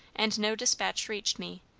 and no despatch reached me,